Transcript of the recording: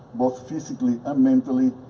both physically and mentally,